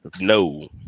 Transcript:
No